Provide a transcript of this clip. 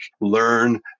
learn